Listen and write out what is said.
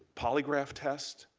polygraph test.